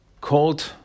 called